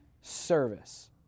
service